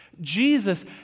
Jesus